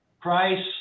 price